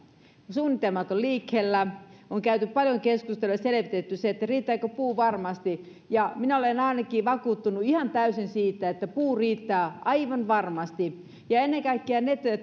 suunnitelmat ovat liikkeellä on käyty paljon keskusteluja on selvitetty riittääkö puu varmasti minä olen ainakin ihan täysin vakuuttunut siitä että puu riittää aivan varmasti ja ja ne